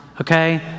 okay